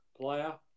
player